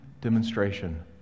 demonstration